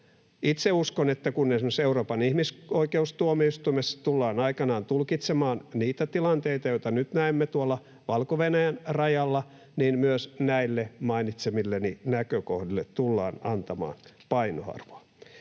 Itse uskon, että kun esimerkiksi Euroopan ihmisoikeustuomioistuimessa tullaan aikanaan tulkitsemaan niitä tilanteita, joita nyt näemme tuolla Valko-Venäjän rajalla, niin myös näille mainitsemilleni näkökohdille tullaan antamaan painoarvoa.